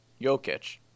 Jokic